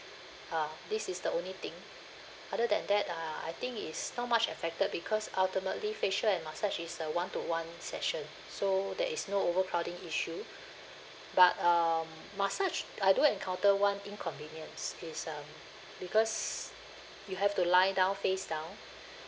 uh this is the only thing other than that uh I think is not much affected because ultimately facial and massage is a one to one session so there is no overcrowding issue but um massage I do encounter one inconvenience is um because you have to lie down face down